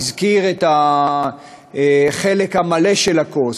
הזכיר את החלק המלא של הכוס,